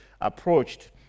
approached